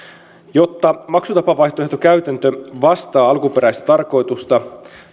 jotta maksutapavaihtoehtokäytäntö vastaa alkuperäistarkoitusta tulee